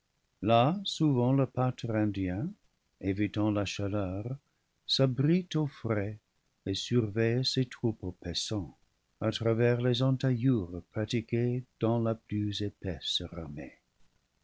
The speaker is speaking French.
là souvent le pâtre indien évitant la chaleur s'abrite au frais et surveille ses troupeaux paissants à travers les entaillures pratiquées dans la plus épaisse